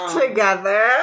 Together